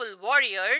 warriors